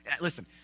Listen